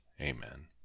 Amen